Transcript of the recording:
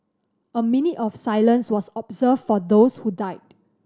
a minute of silence was observed for those who died